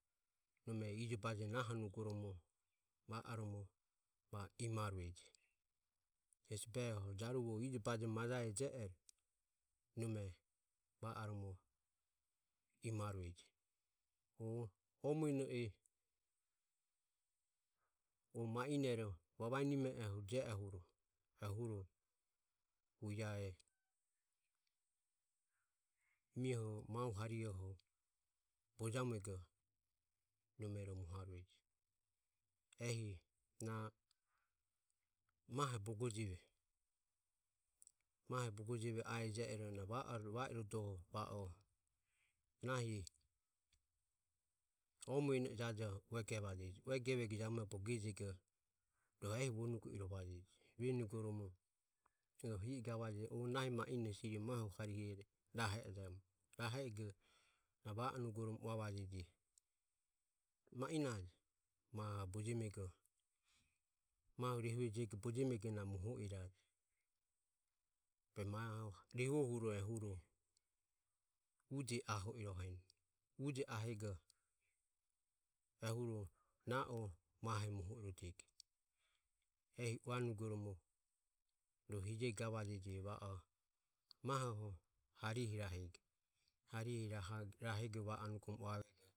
Nome ijo baje nahonugoromo va o imaureje jaruvoho ijobaje majae je ero nome va oromo imaureje o o mueno e o ma inero vavaenime e je oho hu ae mioho mahu harihoho bojamuego nome mohauereje ehi na mahe bogo jeve e iero jeve e je ero na va irodoho nahi o mueno e jajoho ue gevajeji ue gevego jabume bogo ejego rohu e vonugo i rovajeji. Rue nugoromo ro hi i gavajeji mahu harihe rahego na va oromo ua vajeji ma inojo mahu rehue bojemego moho irojo e mahu rehuo huro uje aho iroheni. Uje ahego ehuro na o mahe moho irodego ehi uanugoromo ro hijego gavajeji va o mahoho harihe rahego. harihe rahego va o nugoromo uavego.